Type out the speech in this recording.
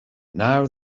now